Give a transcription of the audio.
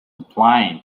applying